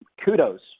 kudos